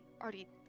already